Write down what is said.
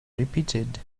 repeated